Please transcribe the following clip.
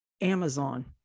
Amazon